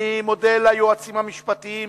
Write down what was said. אני מודה ליועצים המשפטיים